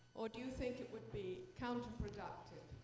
or do you think it would be counter productive?